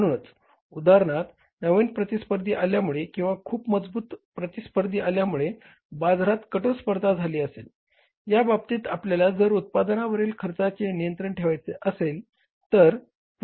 म्हणूनच उदाहरणार्थ नवीन प्रतिस्पर्धी आल्यामुळे किंवा खूप मजबूत प्रतिस्पर्धी आल्यामुळे बाजारात कठोर स्पर्धा झाली आहे या बाबतीत आपल्याला जर उत्पादनावरील खर्चावर नियंत्रण ठेवायचे असेल